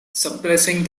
suppressing